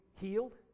healed